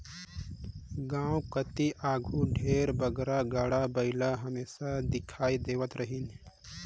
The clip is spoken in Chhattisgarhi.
गाँव कती आघु ढेरे बगरा गाड़ा बइला हमेसा दिखई देहत रहिन